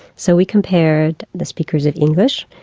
so we compared the speakers of english,